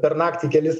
per naktį kelis